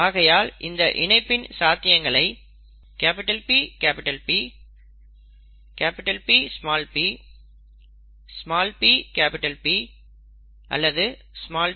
ஆகையால் இந்த இணைப்பின் சாத்தியங்கள் PP Pp pP அல்லது pp